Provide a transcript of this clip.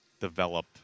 develop